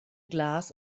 glass